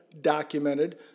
documented